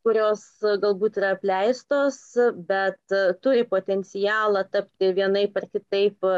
kurios galbūt yra apleistos bet turi potencialą tapti vienaip ar kitaip